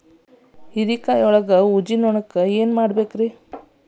ಹೇರಿಕಾಯಾಗ ಊಜಿ ನೋಣಕ್ಕ ಏನ್ ಮಾಡಬೇಕ್ರೇ?